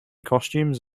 costumes